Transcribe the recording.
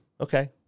Okay